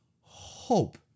hope